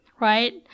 right